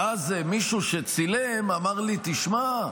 ואז מישהו שצילם אמר לי: תשמע,